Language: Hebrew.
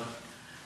תודה,